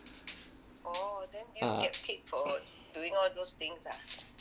ah